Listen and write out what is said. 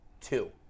Two